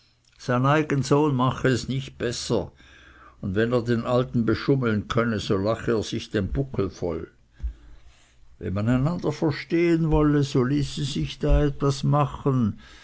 eigen sohn mache es akkurat nicht besser und wenn er den alten bschummeln könne so lache er sich den buckel voll wenn man einander verstehen wolle so ließe sich da etwas machen